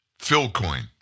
Philcoin